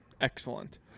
excellent